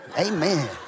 Amen